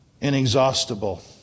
inexhaustible